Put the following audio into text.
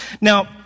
Now